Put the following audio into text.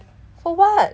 for what